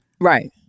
Right